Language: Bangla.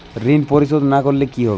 ঋণ পরিশোধ না করলে কি হবে?